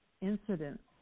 incidents